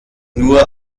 nur